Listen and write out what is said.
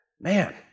man